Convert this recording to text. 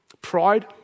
Pride